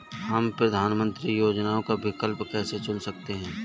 हम प्रधानमंत्री योजनाओं का विकल्प कैसे चुन सकते हैं?